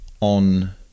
on